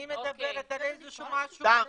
אני מדברת על איזה שהוא מ שהו --- הקייקים,